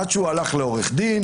עד שהלך לעו"ד,